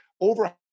over